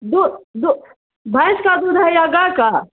دو دو بھینس کا دودھ ہے یا گائے کا